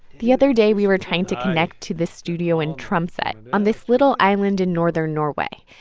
the other day, we were trying to connect to this studio in tromso, on this little island in northern norway.